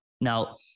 Now